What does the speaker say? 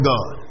God